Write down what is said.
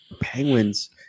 Penguins